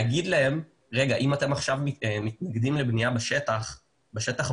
להגיד להם שאם אתם עכשיו מתנגדים לבנייה בשטח הפתוח,